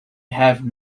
have